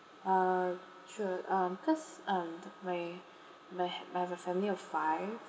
uh sure um cause um my my I have a family of five